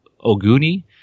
Oguni